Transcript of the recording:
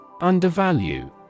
Undervalue